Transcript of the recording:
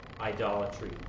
idolatry